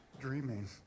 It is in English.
dreaming